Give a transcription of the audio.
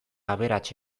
aberats